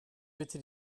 bitte